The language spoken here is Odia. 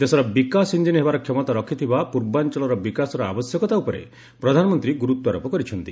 ଦେଶର ବିକାଶ ଇଞ୍ଜିନ୍ ହେବାର କ୍ଷମତା ରଖିଥିବା ପୂର୍ବାଂଚଳର ବିକାଶର ଆବଶ୍ୟକତା ଉପରେ ପ୍ରଧାନମନ୍ତ୍ରୀ ଗୁର୍ତ୍ୱାରୋପ କରିଛନ୍ତି